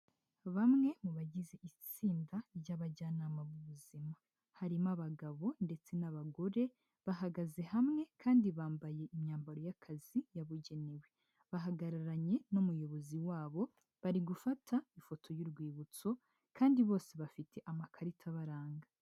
Bamwe mu bagize itsinda ry'abajyanama b'ubuzima, harimo abagabo ndetse n'abagore, bahagaze hamwe kandi bambaye imyambaro y'akazi yabugenewe, bahagararanye n'umuyobozi wabo, bari gufata ifoto y'urwibutso kandi bose bafite amakarita abaranga.